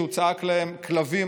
שהוא צעק להם: כלבים,